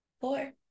four